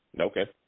Okay